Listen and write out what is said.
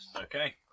Okay